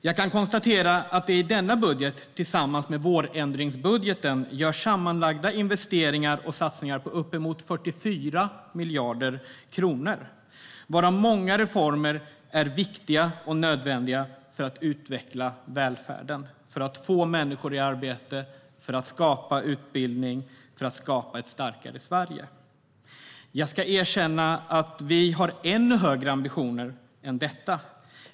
Jag kan konstatera att det i denna budget, tillsammans med vårändringsbudgeten, görs sammanlagda investeringar och satsningar på uppemot 44 miljarder kronor, varav många reformer är viktiga och nödvändiga för att utveckla välfärden, få människor i arbete, skapa utbildning och skapa ett starkare Sverige. Jag ska erkänna att vi har ännu högre ambitioner än detta.